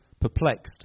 Perplexed